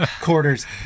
quarters